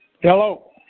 Hello